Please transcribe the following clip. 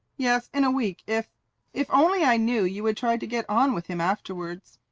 yes. in a week if if only i knew you would try to get on with him afterwards.